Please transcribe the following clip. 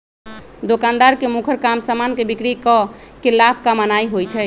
दोकानदार के मुखर काम समान के बिक्री कऽ के लाभ कमानाइ होइ छइ